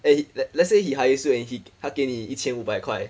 eh let let's say he hires you and he 他给你一千五百块